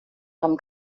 haben